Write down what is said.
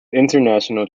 international